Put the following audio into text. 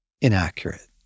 inaccurate